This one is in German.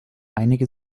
einige